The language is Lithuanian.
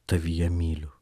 tavyje myliu